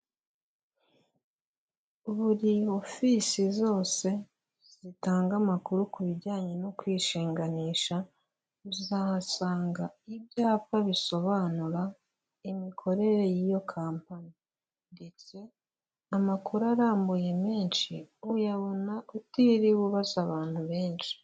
Buri ofisi zose zitanga amakuru ku bijyanye no kwishinganisha, uzahasanga ibyapa bisobanura imikorere y'iyo kampani ndetse amakuru arambuye menshi, uyabona utiriwe ubaza abantu benshi.